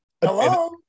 Hello